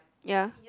ya